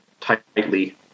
tightly